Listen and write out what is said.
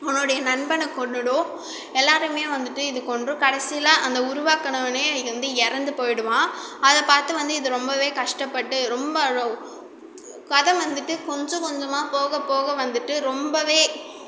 அவனோடைய நண்பன கொன்றுடும் எல்லாரையுமே வந்துவிட்டு இது கொன்றும் கடைசியில அந்த உருவாக்கனவனே வந்து இறந்து போய்விடுவான் அதை பார்த்து வந்து இது ரொம்பவே கஷ்டப்பட்டு ரொம்ப அழுவும் கதை வந்துவிட்டு கொஞ்சம் கொஞ்சமாக போகப் போக வந்துவிட்டு ரொம்பவே